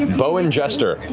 beau and jester,